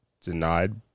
denied